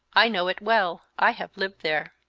i know it well i have lived there.